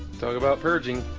talk about purging